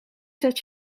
zet